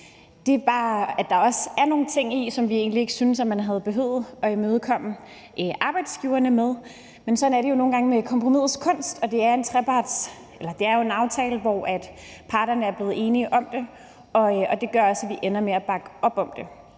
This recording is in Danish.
Det er bare sådan, at der også er nogle ting i, som vi egentlig ikke synes at man havde behøvet at imødekomme arbejdsgiverne med. Men sådan er det jo nogle gange med kompromisets kunst, og det er en aftale, hvor parterne er blevet enige om det. Og det gør også, at vi ender med at bakke op om det.